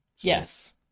Yes